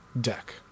deck